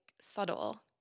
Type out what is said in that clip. subtle